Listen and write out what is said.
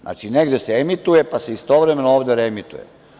Znači, negde se emituje, pa se istovremeno ovde reemituje.